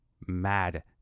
Mad